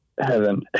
heaven